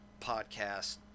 podcast